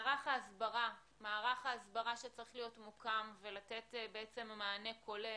מערך ההסברה מערך ההסברה שצריך להיות מוקם ולתת מענה כולל,